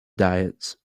diets